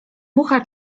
mucha